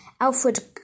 Alfred